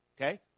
okay